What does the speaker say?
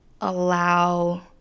allow